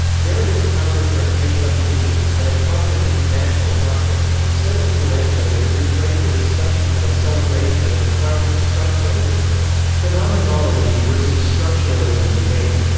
derrida's countercurrent takes on the issue, at a prominent international conference, was so influential that it reframed the discussion from a celebration of the triumph of structuralism to a phenomenology vs structuralism debate.